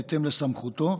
בהתאם לסמכותו,